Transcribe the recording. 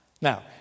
Now